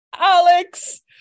alex